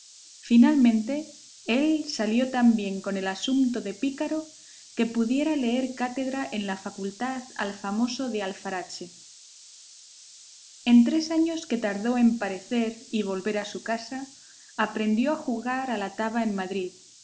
finalmente él salió tan bien con el asumpto de pícaro que pudiera leer cátedra en la facultad al famoso de alfarache en tres años que tardó en parecer y volver a su casa aprendió a jugar a la taba en madrid